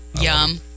Yum